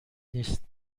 نیست